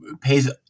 pays